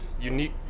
unique